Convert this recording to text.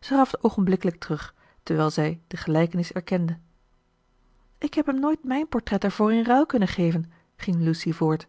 zij gaf het oogenblikkelijk terug terwijl zij de gelijkenis erkende ik heb hem nooit mijn portret ervoor in ruil kunnen geven ging lucy voort